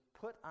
put